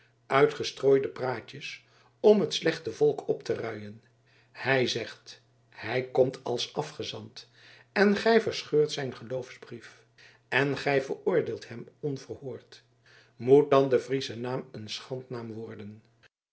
uitgestrooide praatjes om t slechte volk op te ruien hij zegt hij komt als afgezant en gij verscheurt zijn geloofsbrief en gij veroordeelt hem onverhoord moet dan de friesche naam een schandnaam worden